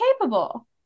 capable